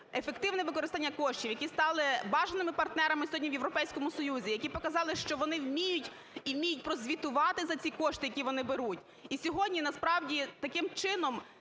ефективне використання коштів, які стали бажаними партнерами сьогодні в Європейському Союзі, які показали, що вони вміють і вміють прозвітувати за ці кошти, які вони беруть. І сьогодні, насправді, таким чином